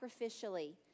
sacrificially